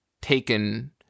taken